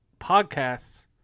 podcasts